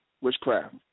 witchcraft